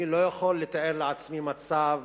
אני לא יכול לתאר לעצמי מצב